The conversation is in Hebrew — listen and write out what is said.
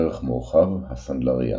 ערך מורחב – הסנדלריה